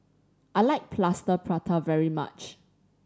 I like Plaster Prata very much